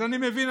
אז אני מבין,